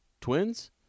twins